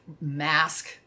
mask